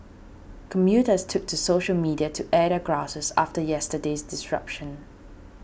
commuters took to social media to air their grouses after yesterday's disruption